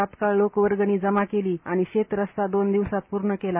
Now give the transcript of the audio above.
तात्काळ लोकवर्गणी जमा केली आणि शेत रस्ता दोन दिवसात पूर्ण केला